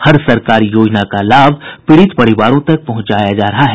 हर सरकारी योजना का लाभ पीड़ित परिवारों तक पहुंचाया जा रहा है